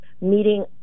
meeting